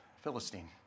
Philistine